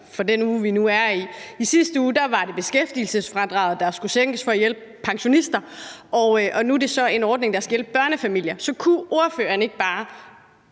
for den uge, vi nu er i. I sidste uge var det beskæftigelsesfradraget, der skulle hæves for at hjælpe pensionister, og nu er det så en ordning, der skal hjælpe børnefamilier. Så kunne ordføreren ikke bare